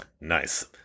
Nice